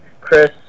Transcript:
Chris